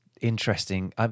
interesting